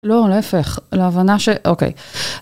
לא, להפך, להבנה ש... אוקיי.